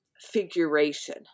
figuration